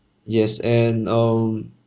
yes and um